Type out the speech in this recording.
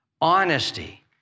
honesty